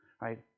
right